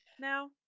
now